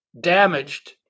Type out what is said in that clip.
damaged